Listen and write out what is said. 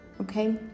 Okay